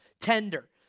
tender